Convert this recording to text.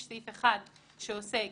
יש הסדר אחד שעוסק